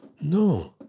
No